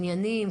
עניינים,